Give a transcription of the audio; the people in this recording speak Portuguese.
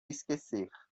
esquecer